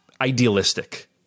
idealistic